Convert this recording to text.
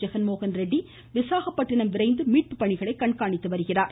ஜெகன்மோகன் ரெட்டி விசாகப்பட்டிணம் சென்று மீட்பு பணிகளை கண்காணித்து வருகிறார்